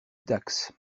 dax